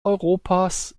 europas